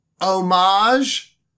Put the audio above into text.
homage